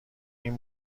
این